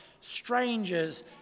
strangers